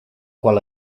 qual